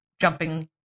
jumping